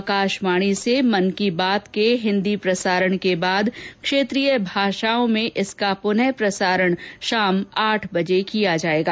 आकाशवाणी से मन की बात के हिंदी प्रसारण के बाद क्षेत्रीय भाषाओं में इसका पुनः प्रसारण शाम आठ बजे किया जाएगा